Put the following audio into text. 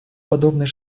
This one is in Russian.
подобные